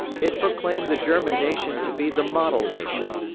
it proclaimed the german nation to be the model nation,